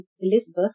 Elizabeth